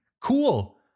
Cool